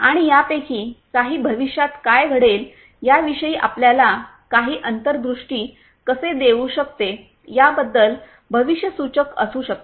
आणि यापैकी काही भविष्यात काय घडेल याविषयी आपल्याला काही अंतर्दृष्टी कसे देऊ शकते याबद्दल भविष्यसूचक असू शकते